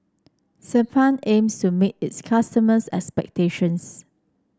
sebamed aims to meet its customers' expectations